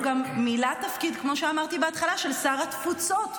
הוא גם מילא תפקיד של שר התפוצות,